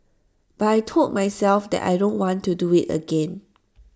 but I Told myself that I don't want to do IT again